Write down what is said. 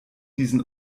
diesen